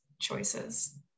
choices